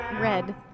Red